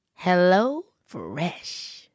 HelloFresh